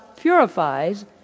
purifies